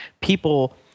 people